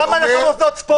למה לא החרגת מוסדות ספורט?